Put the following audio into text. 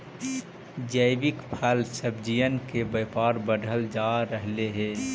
जैविक फल सब्जियन के व्यापार बढ़ल जा रहलई हे